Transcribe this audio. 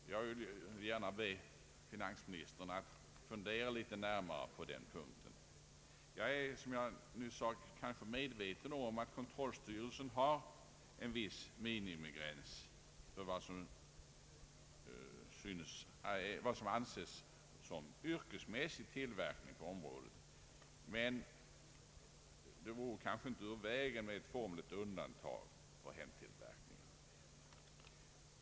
Jag vill gärna be finansministern att fundera litet närmare på denna sak. Jag är, som jag nyss sade, medveten om att kontrollstyrelsen har en viss minimigräns för vad som kan anses såsom yrkesmässig tillverkning på området, men det vore kanske inte ur vägen med ett formellt undantag för hemtillverkning.